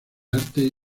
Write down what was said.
arte